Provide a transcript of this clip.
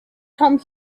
come